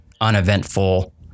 uneventful